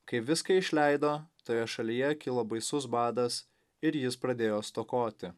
kai viską išleido toje šalyje kilo baisus badas ir jis pradėjo stokoti